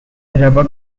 rubber